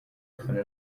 abafana